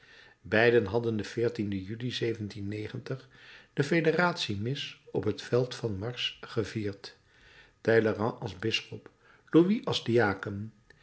beiden hadden den juli deee mis op het veld van mars gevierd talleyrand als bisschop louis als diaken